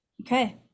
Okay